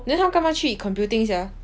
then 他干嘛去 computing sia